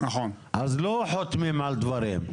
אז לא חותמים על דברים.